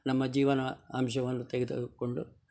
ನಮ್ಮ ಜೀವನ ಅಂಶವನ್ನು ತೆಗೆದುಕೊಂಡು